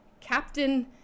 captain